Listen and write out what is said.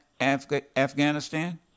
Afghanistan